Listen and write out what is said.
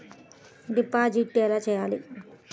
Deposit ఎలా చెయ్యాలి?